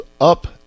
up